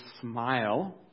smile